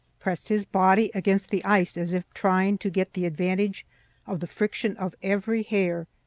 pressed his body against the ice as if trying to get the advantage of the friction of every hair,